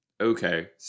Okay